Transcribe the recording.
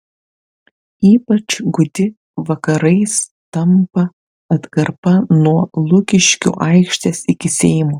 ypač gūdi vakarais tampa atkarpa nuo lukiškių aikštės iki seimo